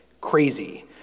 crazy